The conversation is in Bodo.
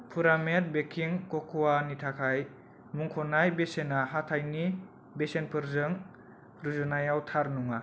पुरामेट बेकिं कक'आनि थाखाय मुंख'नाय बेसेना हाथायनि बेसेनफोरजों रुजुनायाव थार नङा